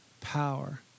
power